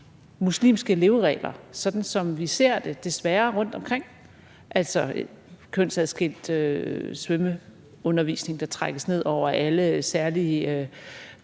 muslimske leveregler, sådan som vi desværre ser det rundtomkring, altså kønsadskilt svømmeundervisning, der trækkes ned over alle, særlige